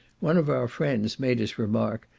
one of our friends made us remark,